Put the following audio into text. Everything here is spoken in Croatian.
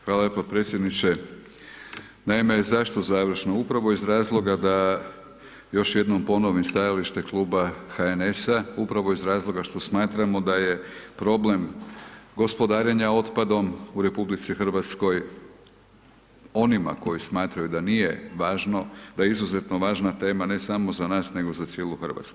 Hvala lijepo podpredsjedniče, naime zašto završno upravo iz razloga da još jednom ponovim stajalište Kluba HNS-a upravo iz razloga što smatramo da je problem gospodarenja otpadom u RH onima kojima smatraju da nije važno, da je izuzetno važna tema ne samo za nas nego za cijelu Hrvatsku.